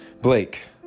Blake